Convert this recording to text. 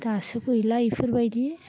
दासो गैला इफोरबायदि